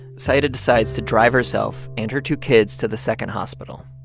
zaida decides to drive herself and her two kids to the second hospital.